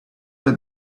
that